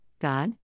God